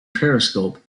periscope